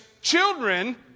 children